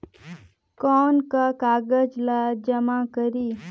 कौन का कागज ला जमा करी?